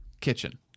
kitchen